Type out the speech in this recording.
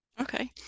Okay